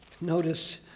Notice